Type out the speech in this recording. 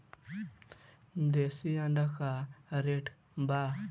देशी अंडा का रेट बा?